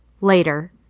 Later